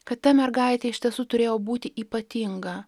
kad ta mergaitė iš tiesų turėjo būti ypatinga